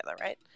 right